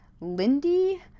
lindy